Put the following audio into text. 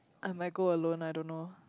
I might go alone I don't know